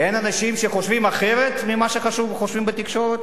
אין אנשים שחושבים אחרת ממה שחושבים בתקשורת?